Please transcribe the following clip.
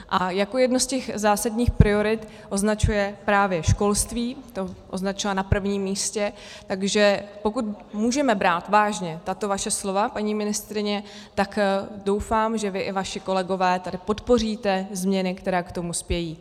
A jako jednu z těch zásadních priorit označuje právě školství, to označila na prvním místě, takže pokud můžeme brát vážně tato vaše slova, paní ministryně, tak doufám, že vy i vaši kolegové tady podpoříte změny, které k tomu spějí.